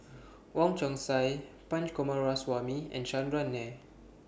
Wong Chong Sai Punch Coomaraswamy and Chandran Nair